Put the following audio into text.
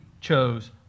chose